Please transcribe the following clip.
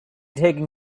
taken